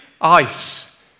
ice